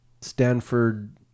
stanford